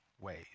ways